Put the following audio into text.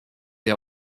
der